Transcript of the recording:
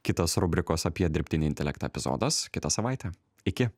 kitas rubrikos apie dirbtinį intelektą epizodas kitą savaitę iki